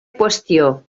qüestió